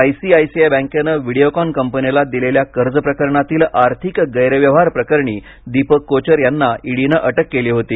ICICI बँकेनं Videocon कंपनीला दिलेल्या कर्ज प्रकरणातील आर्थिक गैरव्यवहार प्रकरणी दीपक कोचर यांना ईडीनं अटक केली होती